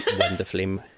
wonderfully